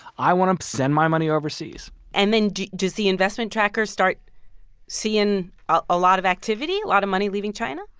i want to send my money overseas and then does the investment tracker start seeing a lot of activity, a lot of money leaving china?